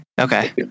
Okay